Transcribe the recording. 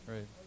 Right